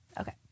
Okay